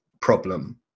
problem